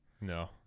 No